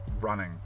running